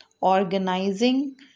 organizing